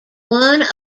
one